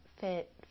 fit